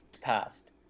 past